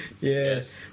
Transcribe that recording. Yes